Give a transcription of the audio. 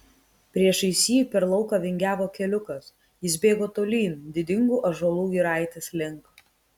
priešais jį per lauką vingiavo keliukas jis bėgo tolyn didingų ąžuolų giraitės link